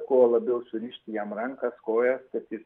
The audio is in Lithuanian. kuo labiau surišti jam rankas kojas kad jis